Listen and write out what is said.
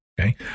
okay